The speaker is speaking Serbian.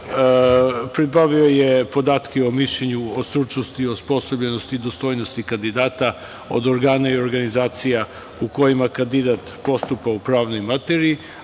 pribavio podatke o mišljenju, o stručnosti, osposobljenosti i dostojnosti kandidata od organa i organizacija u kojima kandidat postupa u pravnoj materiji,